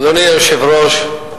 אדוני היושב-ראש,